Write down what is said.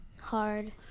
Hard